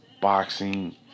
boxing